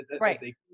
Right